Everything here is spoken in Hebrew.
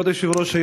כבוד היושב-ראש,